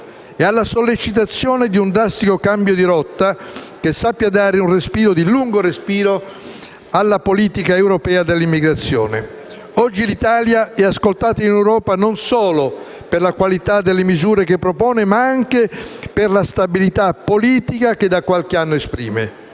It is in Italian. e alla sollecitazione per un drastico cambio di rotta, che sappia dare un respiro di lungo periodo alla politica europea dell'immigrazione. Oggi l'Italia è ascoltata in Europa non solo per la qualità delle misure che propone, ma anche per la stabilità politica che da qualche anno esprime.